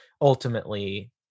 ultimately